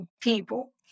people